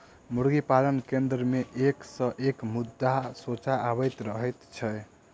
मुर्गी पालन केन्द्र मे एक सॅ एक मुद्दा सोझा अबैत रहैत छै